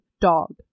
Dog